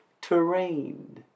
terrain